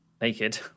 naked